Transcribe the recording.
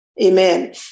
Amen